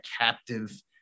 captive